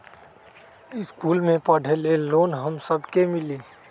इश्कुल मे पढे ले लोन हम सब के मिली?